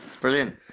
brilliant